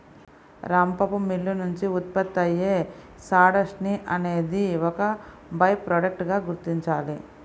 రంపపు మిల్లు నుంచి ఉత్పత్తి అయ్యే సాడస్ట్ ని అనేది ఒక బై ప్రొడక్ట్ గా గుర్తించాలి